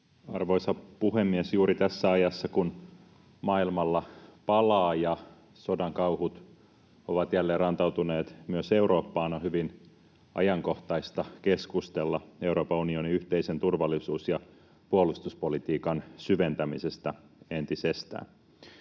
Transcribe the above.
Arvoisa puhemies! Juuri tässä ajassa, kun maailmalla palaa ja sodan kauhut ovat jälleen rantautuneet myös Eurooppaan, on hyvin ajankohtaista keskustella Euroopan unionin yhteisen turvallisuus- ja puolustuspolitiikan syventämisestä entisestään.